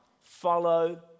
follow